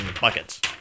buckets